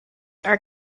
are